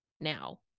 now